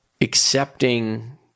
accepting